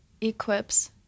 equips